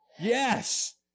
Yes